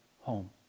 home